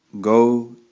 Go